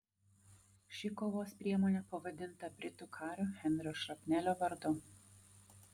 ši kovos priemonė pavadinta britų kario henrio šrapnelio vardu